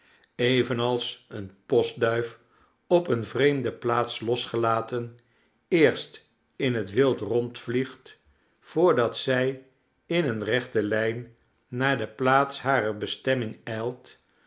evenals eene postduif op eene vreemde plaats losgelaten eerst in het wild rondvliegt voordat zij in eene rechte lijn naar de plaats harer bestemming ijlt